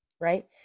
Right